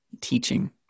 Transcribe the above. teaching